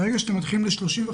ברגע שאתם הולכים ל-35%,